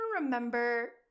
remember